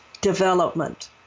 development